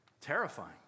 terrifying